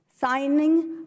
signing